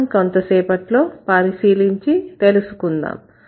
మనం కొంత సేపట్లో పరిశీలించి తెలుసుకుందాం